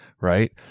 right